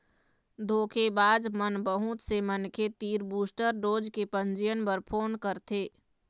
धोखेबाज मन बहुत से मनखे तीर बूस्टर डोज के पंजीयन बर फोन करथे